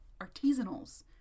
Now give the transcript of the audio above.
Artisanals